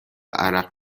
عرق